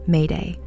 Mayday